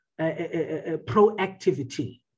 proactivity